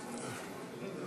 סעיף 26 נתקבל.